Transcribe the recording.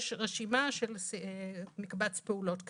יש רשימה של מקבץ פעולות כאלה.